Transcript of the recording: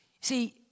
See